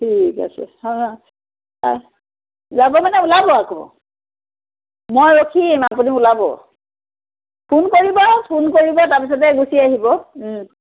ঠিক আছে অঁ অঁ যাব মানে ওলাব আকৌ মই ৰখিম আপুনি ওলাব ফোন কৰিব ফোন কৰিব তাৰপিছতে গুচি আহিব